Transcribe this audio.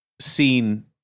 seen